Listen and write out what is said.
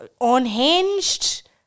unhinged